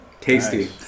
tasty